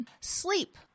Sleep